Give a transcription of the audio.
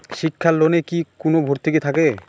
শিক্ষার লোনে কি কোনো ভরতুকি থাকে?